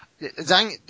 zang